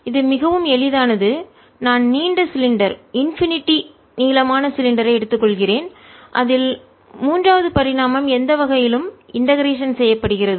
இது மிகவும் எளிதானது நான் நீண்ட சிலிண்டர் இன்பினிட்டி எல்லையற்ற நீளமான சிலிண்டரை எடுத்துக்கொள்கிறேன் அதில் மூன்றாவது பரிமாணம் எந்த வகையிலும் இண்டெகரேஷன் ஒருங்கிணைக்கப்படுகிறதுசெய்யப்படுகிறது